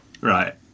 right